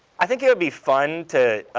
i think it would be fun to